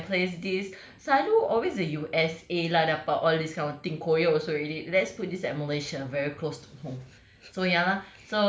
then maybe we can place this selalu always the U_S_A lah dapat all this kind of thing korea also already let's put this at malaysia very close home